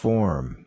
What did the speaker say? Form